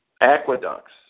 aqueducts